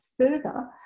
further